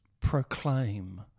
Proclaim